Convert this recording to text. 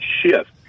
shift